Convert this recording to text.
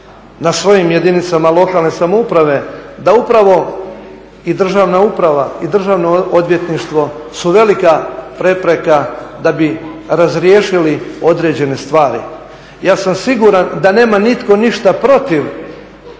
na svojim jedinicama lokalne samouprave da upravo i državna uprava i Državno odvjetništvo su velika prepreka da bi razriješili određene stvari. Ja sam siguran da nema nitko ništa protiv